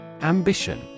Ambition